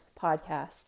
podcast